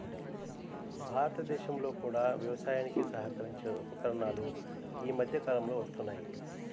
భారతదేశంలో కూడా వ్యవసాయానికి సహకరించే ఉపకరణాలు ఈ మధ్య కాలంలో వస్తున్నాయి